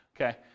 Okay